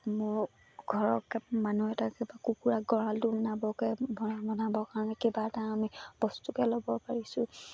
মোৰ ঘৰক মানুহ এটা কিবা কুকুৰা গড়ালো নবকে বনাবৰ কাৰণে কিবা এটা আমি বস্তুকে ল'ব পাৰিছোঁ